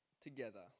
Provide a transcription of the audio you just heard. together